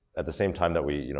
at the same time that we, you know,